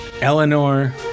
Eleanor